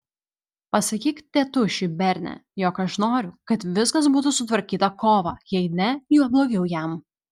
pasakyk tėtušiui berne jog aš noriu kad viskas būtų sutvarkyta kovą jei ne juo blogiau jam